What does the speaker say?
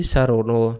Sarono